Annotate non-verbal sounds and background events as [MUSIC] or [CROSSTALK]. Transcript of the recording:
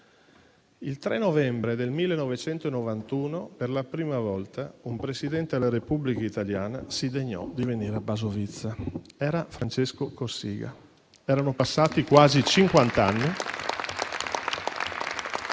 Il 3 novembre del 1991 per la prima volta un Presidente della Repubblica italiana si degnò di venire a Basovizza: era Francesco Cossiga. Erano passati quasi cinquanta anni. [APPLAUSE]